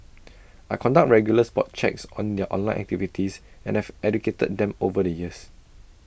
I conduct regular spot checks on their online activities and have educated them over the years